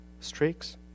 streaks